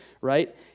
right